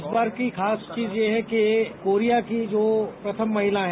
इस बार की खास चीज यह है कि कोरिया की जो प्रथम महिला हैं